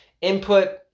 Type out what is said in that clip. input